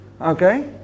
Okay